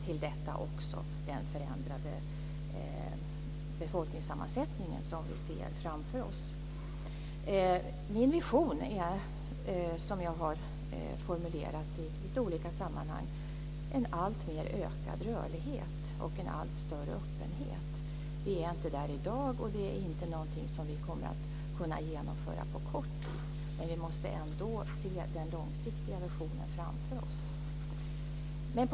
Till detta kommer också den förändrade befolkningssammansättningen som vi ser framför oss. Min vision, som jag har formulerat i lite olika sammanhang, är en alltmer ökad rörlighet och en allt större öppenhet. Vi är inte där i dag, och det är inte någonting som vi kommer att kunna genomföra på kort sikt, men vi måste ändå se den långsiktiga visionen framför oss.